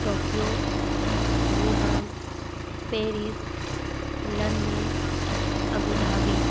Tokyo Wuhan Paris London Abu Dhabi